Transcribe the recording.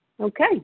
Okay